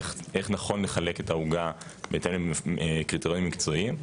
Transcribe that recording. איך נכון לחלק את העוגה בהתאם לקריטריונים מקצועיים,